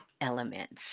elements